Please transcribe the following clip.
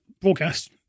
broadcast